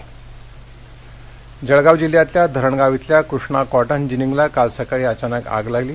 जळगाव जळगाव जिल्ह्यातल्या धरणगाव इथल्या कृष्णा कॉटन जिनिंगला काल सकाळी अचानक आग लागली